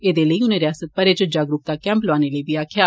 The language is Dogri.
एहदे लेई उनें रिआसत भरै च जागरूकता कैंप लोआने लेई बी आखेआ